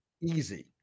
easy